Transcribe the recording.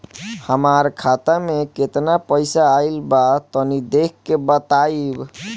हमार खाता मे केतना पईसा आइल बा तनि देख के बतईब?